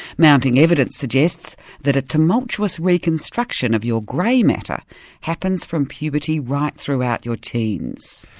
mounting evidence suggests that a tumultuous reconstruction of your grey matter happens from puberty right throughout your teens.